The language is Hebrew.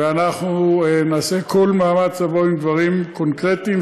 ואנחנו נעשה כל מאמץ לבוא עם דברים קונקרטיים,